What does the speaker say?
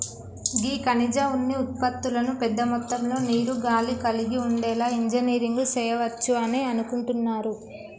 గీ ఖనిజ ఉన్ని ఉత్పతులను పెద్ద మొత్తంలో నీరు, గాలి కలిగి ఉండేలా ఇంజనీరింగ్ సెయవచ్చు అని అనుకుంటున్నారు